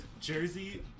jersey